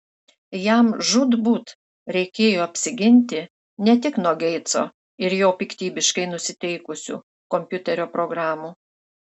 jam žūtbūt reikėjo apsiginti ne tik nuo geitso ir jo piktybiškai nusiteikusių kompiuterio programų